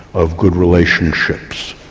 of good relationships,